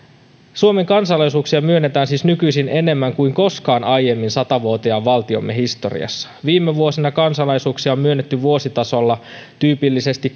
suomen kansalaisuuksia myönnetään siis nykyisin enemmän kuin koskaan aiemmin satavuotiaan valtiomme historiassa viime vuosina kansalaisuuksia on myönnetty vuositasolla tyypillisesti